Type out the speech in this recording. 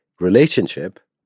relationship